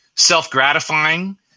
self-gratifying